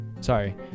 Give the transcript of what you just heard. sorry